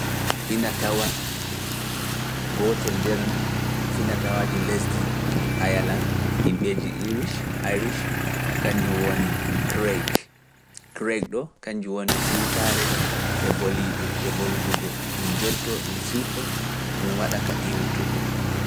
Finatawa nder lesdi Ayala, himɓeeji Iirish, Irish, kañnju woni Craig, siwtaare e voliide e volidugo, ɗum joddoo, ɗum siwtoo, ɗum waɗa ka ɗiiwtugo.